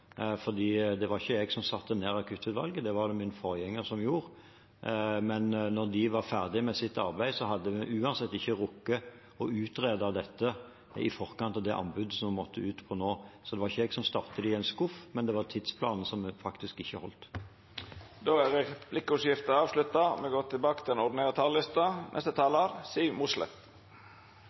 Det var ikke jeg som satte ned akuttutvalget, det var det min forgjenger som gjorde. Men da de var ferdig med sitt arbeid, hadde en uansett ikke rukket å utrede dette i forkant av det anbudet som måtte ut. Så det var ikke jeg som stappet det i en skuff, det var tidsplanen som faktisk ikke holdt. Replikkordskiftet er avslutta.